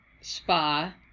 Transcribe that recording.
spa